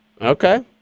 Okay